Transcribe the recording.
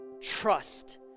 trust